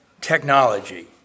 Technology